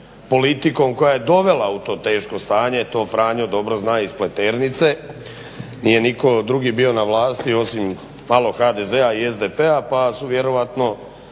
politikom koja ju je dovela u to teško stanje, to Franjo dobro zna iz Pleternice, nije nitko drugi bio na vlasti osim malo HDZ-a i SDP-a pa su vjerojatno